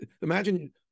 imagine